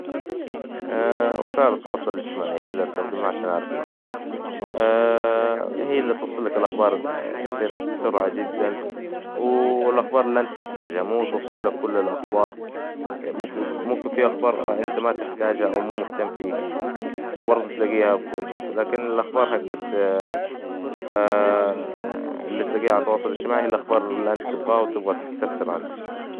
وسائل التواصل الاجتماعي هي إللي استخدمها عشان أعرف الأخبار، هي إللي توصل لك الأخبار بسرعة جدا، والأخبار إللي إنت تحتاجها، مو توصل لك كل الأخبار مو في أخبار إنت ما تحتاجها، أو مو مهتم فيها برظو تلاقيها في وجهك، لكن الأخبار هي إللي تلاقيها على التواصل الاجتماعي إللي تبغاها وتبغى تسفسر عنها.